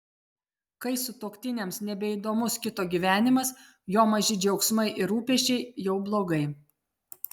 kai sutuoktiniams nebeįdomus kito gyvenimas jo maži džiaugsmai ir rūpesčiai jau blogai